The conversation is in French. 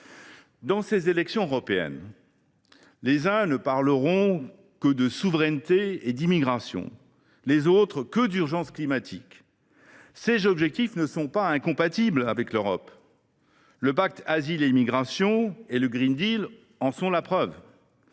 pour les élections européennes, les uns ne parleront que de souveraineté et d’immigration, les autres n’évoqueront que l’urgence climatique. Ces objectifs ne sont pas incompatibles avec l’Europe : le pacte sur la migration et l’asile et le en sont la preuve.